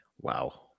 Wow